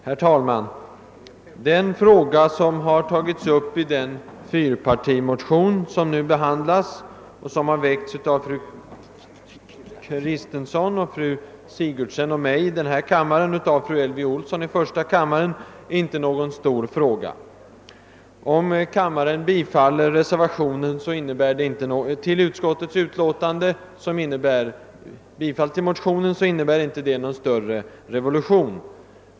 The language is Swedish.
Herr talman! Den fråga som har tagits upp i den fyrpartimotion som nu behandlas — motionen har väckts av fru Kristensson, fru Sigurdsen och mig i denna kammare och av fru Elvy Olsson i första kammaren — är inte någon stor fråga. Om kammaren bifaller reservationen till utskottets utlåtande, som innebär bifall till motionen, så blir det därmed inte någon större revolution.